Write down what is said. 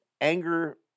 anger